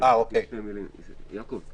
האמת היא,